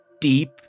deep